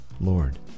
Lord